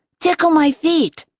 tickle my feet.